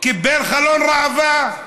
קיבל חלון ראווה,